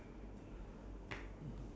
that's a good one